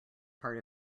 part